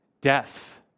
death